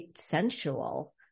Sensual